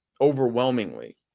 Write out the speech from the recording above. overwhelmingly